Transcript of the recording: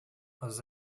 jose